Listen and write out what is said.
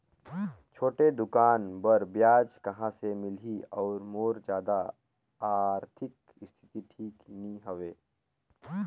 छोटे दुकान बर ब्याज कहा से मिल ही और मोर जादा आरथिक स्थिति ठीक नी हवे?